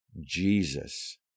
Jesus